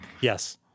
Yes